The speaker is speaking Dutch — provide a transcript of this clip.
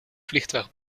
vliegtuig